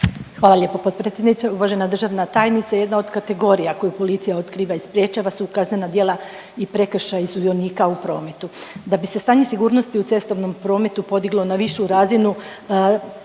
Hvala lijepo potpredsjednice. Uvažena državna tajnice, jedna od kategorija koju policija otkriva i sprječava su kaznena djela i prekršaji sudionika u prometu. Da bi se stanje sigurnosti u cestovnom prometu podiglo na višu razinu